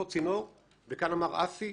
כאן אמר אסי,